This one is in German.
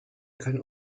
können